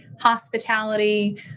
hospitality